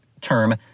term